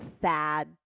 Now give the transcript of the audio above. sad